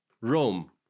rome